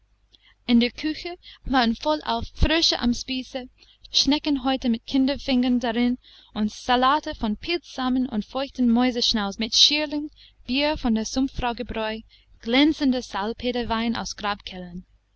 in der küche waren vollauf frösche am spieße schneckenhäute mit kinderfingern darin und salate von pilzsamen und feuchten mäuseschnauzen mit schierling bier von der sumpffrau gebräu glänzender salpeterwein aus